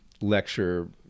lecture